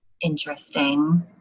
interesting